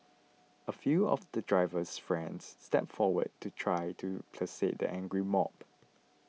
a few of the driver's friends stepped forward to try to placate the angry mob